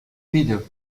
médoc